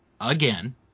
again